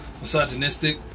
misogynistic